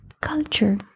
culture